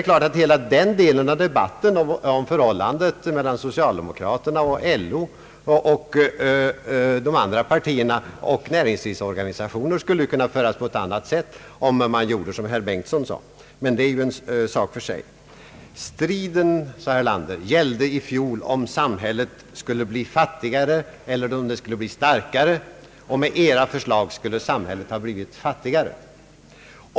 Det är givet att hela debatten om förhållandet mellan socialdemokraterna och LO samt de andra partierna och näringslivet skulle kunna föras på ett annat och bättre sätt, om man gjorde som herr Bengtson sade. Men det är en sak för sig. Striden, sade herr Erlander, gällde i fjol om samhället skulle bli fattigare eller om det skulle bli starkare, och med mittenpartiernas förslag skulle samhället ha blivit fattigare.